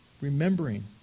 remembering